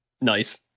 Nice